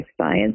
science